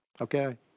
Okay